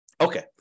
Okay